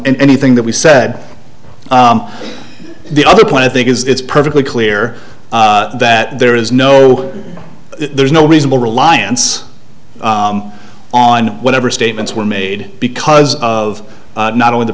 anything that we said the other point i think is it's perfectly clear that there is no there's no reasonable reliance on whatever statements were made because of not only the